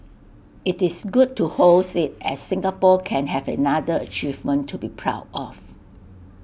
IT is good to host IT as Singapore can have another achievement to be proud of